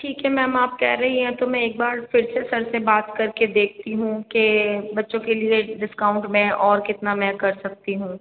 ठीक है मेम आप कह रही हैं तो मैं एक बार फिर से सर से बात कर के देखती हूँ कि बच्चों के लिए डिस्काउंट में और कितना मैं कर सकती हूँ